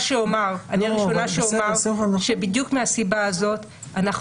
אני הראשונה שאומר שבדיוק מהסיבה הזאת אנחנו